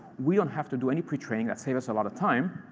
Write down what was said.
we don't have to do any pre-training. that saves us a lot of time.